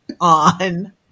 on